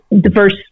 diverse